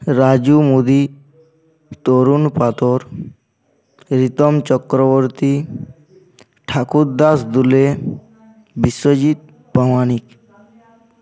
Raju Modi Tarun Patra Ritam Chakraborty Thakur Das Dule Biswajit Pramanik